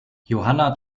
johanna